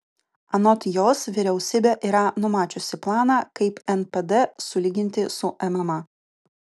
anot jos vyriausybė yra numačiusi planą kaip npd sulyginti su mma